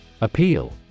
Appeal